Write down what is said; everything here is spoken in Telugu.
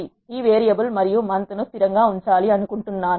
నేను ఈ వేరియబుల్ మరియు మంత్ ను స్థిరం గా ఉంచాలి అనుకుంటున్నాను